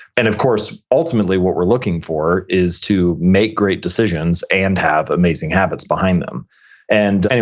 and of course, ultimately, what we're looking for is to make great decisions and have amazing habits behind them and